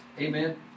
amen